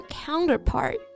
counterpart